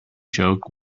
joke